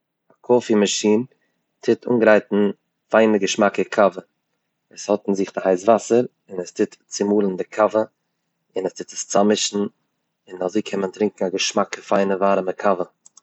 א קאפי מאשין טוט אנגריין פיינע געשמאקע קאווע, עס האט אין זיך די הייס וואסער און עס טוט צומאלן די קאווע און ער טוט עס צאממישן און אזוי קען מען טרינקען א געשמאקע פיינע ווארעמע קאווע.